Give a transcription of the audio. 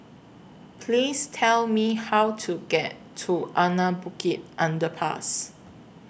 Please Tell Me How to get to Anak Bukit Underpass